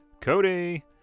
Cody